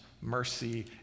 mercy